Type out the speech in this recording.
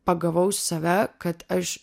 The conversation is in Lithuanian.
pagavau save kad aš